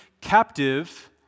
captive